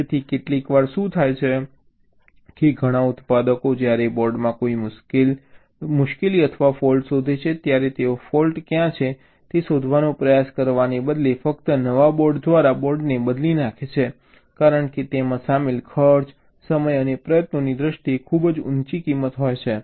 તેથી કેટલીકવાર શું થાય છે કે ઘણા ઉત્પાદકો જ્યારે બોર્ડમાં કોઈ ફૉલ્ટ શોધે છે ત્યારે તેઓ ફૉલ્ટ ક્યાં છે તે શોધવાનો પ્રયાસ કરવાને બદલે ફક્ત નવા બોર્ડ દ્વારા બોર્ડને બદલી નાખે છે કારણ કે તેમાં સામેલ ખર્ચ સમય અને પ્રયત્નોની દ્રષ્ટિએ ખૂબ ઊંચી કિંમત છે